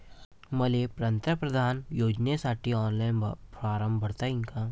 मले पंतप्रधान योजनेसाठी ऑनलाईन फारम भरता येईन का?